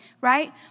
right